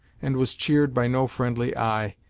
and was cheered by no friendly eye,